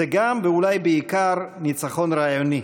זה גם, ואולי בעיקר, ניצחון רעיוני.